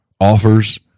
offers